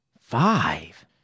Five